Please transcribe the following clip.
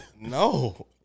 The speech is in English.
no